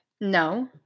No